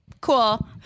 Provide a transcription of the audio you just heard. cool